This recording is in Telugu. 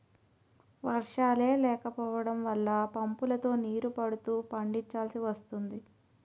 వర్షాలే లేకపోడం వల్ల పంపుతో నీరు పడుతూ పండిచాల్సి వస్తోంది